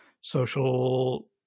social